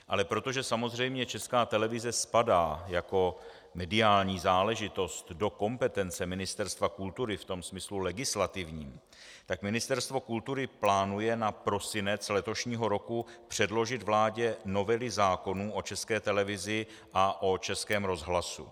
Ale protože samozřejmě Česká televize spadá jako mediální záležitost do kompetence Ministerstva kultury v tom smyslu legislativním, tak Ministerstvo kultury plánuje na prosinec letošního roku předložit vládě novely zákonů o České televizi a o Českém rozhlasu.